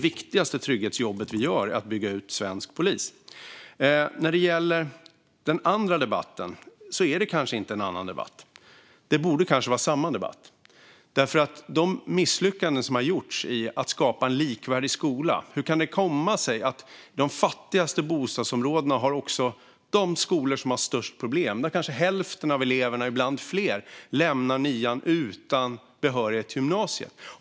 Att bygga ut den svenska polisen är det viktigaste trygghetsjobb vi gör. Louise Meijer talar om en annan debatt, men det borde kanske vara samma debatt. Det har gjorts stora misslyckanden när det gäller att skapa en likvärdig skola. Hur kan det komma sig att i de fattigaste bostadsområdena finns också de skolor som har störst problem? Där är det kanske hälften eller fler av eleverna som lämnar nian utan behörighet till gymnasiet.